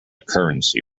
currency